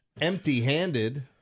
empty-handed